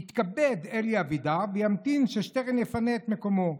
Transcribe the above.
יתכבד אלי אבידר וימתין ששטרן יפנה את מקומו.